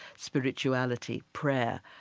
spirituality, prayer,